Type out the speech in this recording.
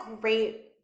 great